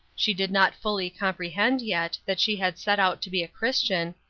she did not fully comprehend yet that she had set out to be a christian,